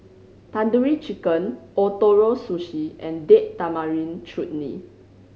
Tandoori Chicken Ootoro Sushi and Date Tamarind Chutney